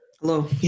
hello